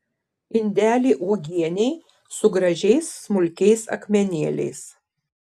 indelį uogienei su gražiais smulkiais akmenėliais